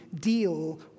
deal